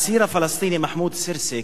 האסיר הפלסטיני מחמוד סרסק,